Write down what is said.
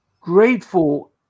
grateful